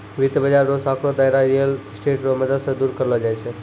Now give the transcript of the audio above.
वित्त बाजार रो सांकड़ो दायरा रियल स्टेट रो मदद से दूर करलो जाय छै